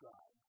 God